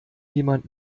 jemand